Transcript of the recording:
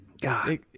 God